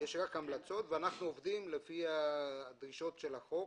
יש רק המלצות ואנחנו עובדים לפי הדרישות של החוק.